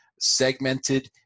segmented